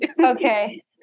Okay